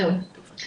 זהו.